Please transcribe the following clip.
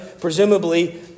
Presumably